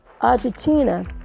Argentina